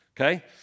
okay